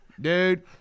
Dude